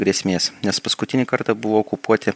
grėsmės nes paskutinį kartą buvo okupuoti